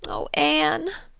oh, anne!